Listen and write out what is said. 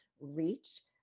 reach